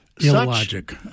Illogic